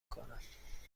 کنم